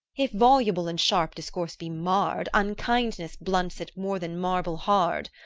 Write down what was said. if voluble and sharp discourse be marr'd, unkindness blunts it more than marble hard.